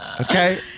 Okay